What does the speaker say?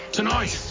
Tonight